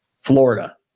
Florida